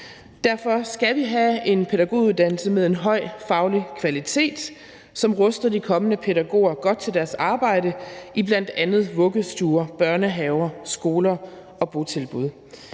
Derfor skal vi have en pædagoguddannelse med en høj faglig kvalitet, som ruster de kommende pædagoger godt til deres arbejde i bl.a. vuggestuer, børnehaver, skoler og botilbud.